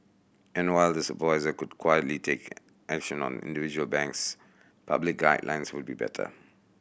and while the supervisor could quietly take action on individual banks public guidelines would be better